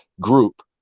group